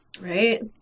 right